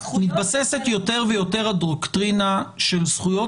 מתבססת יותר ויותר הדוקטרינה של זכויות